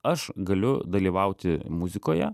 aš galiu dalyvauti muzikoje